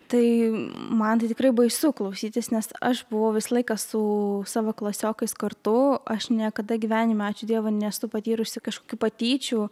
tai man tai tikrai baisu klausytis nes aš buvau visą laiką su savo klasiokais kartu aš niekada gyvenime ačiū dievui nesu patyrusi kažkokių patyčių